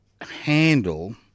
handle